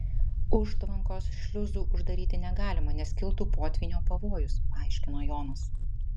užtvankos šliuzų uždaryti negalima nes kiltų potvynio pavojus paaiškino jonas